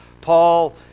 Paul